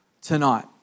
tonight